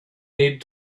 need